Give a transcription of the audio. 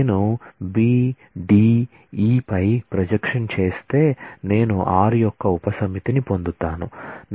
నేను B D E పై projection చేస్తే నేను r యొక్క ఉపసమితిని పొందుతాను